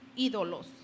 ídolos